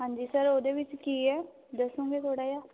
ਹਾਂਜੀ ਸਰ ਉਹਦੇ ਵਿੱਚ ਕੀ ਹੈ ਦੱਸੋਂਗੇ ਥੋੜ੍ਹਾ ਜਾ